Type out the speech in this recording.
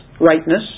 rightness